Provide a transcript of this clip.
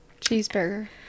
Cheeseburger